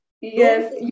Yes